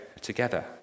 together